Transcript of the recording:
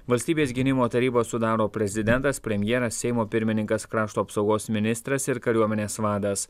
valstybės gynimo tarybą sudaro prezidentas premjeras seimo pirmininkas krašto apsaugos ministras ir kariuomenės vadas